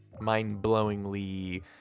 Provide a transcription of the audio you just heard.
mind-blowingly